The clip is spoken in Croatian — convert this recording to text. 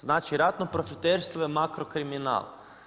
Znači, ratno profiterstvo je makro kriminal.